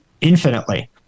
infinitely